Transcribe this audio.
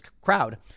crowd